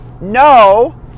No